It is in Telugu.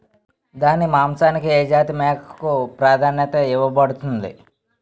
దాని మాంసానికి ఏ జాతి మేకకు ప్రాధాన్యత ఇవ్వబడుతుంది?